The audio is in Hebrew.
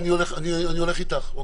אני הולך איתך.